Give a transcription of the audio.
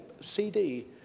CD